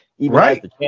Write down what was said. right